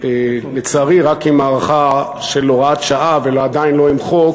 לצערי רק עם הארכה של הוראת שעה ועדיין לא עם חוק